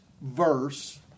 verse